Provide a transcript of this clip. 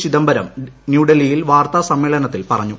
ചിദംബരം നടപടി ന്യൂഡൽഹിയിൽ വാർത്താസമ്മേളനത്തിൽ പറഞ്ഞു